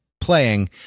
playing